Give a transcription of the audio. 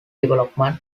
development